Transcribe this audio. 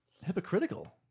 Hypocritical